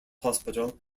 hospital